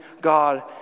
God